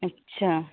अच्छा